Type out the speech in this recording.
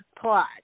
plot